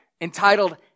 entitled